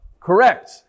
correct